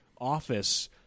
office